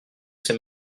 c’est